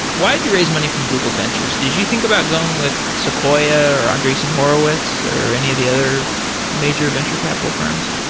why did you raise money from google ventures? did you think about going with sequoia, or andreessen horowitz, or any of the other major venture capital firms?